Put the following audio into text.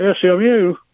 SMU